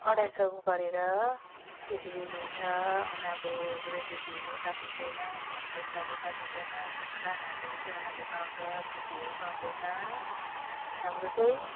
अढाइ सय गरेर त्यसरी दिन्छ उनीहरूको गेजेटीहरू काटिँदैन फोन पैसाहरू काटिँदैन सुक्खा हाजिरी चाहिँ उनीहरूले पाउँछ छुट्टीहरू पाउँदैन हाम्रो चाहिँ